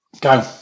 Go